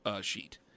sheet